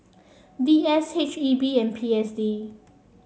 V S H E B and P S D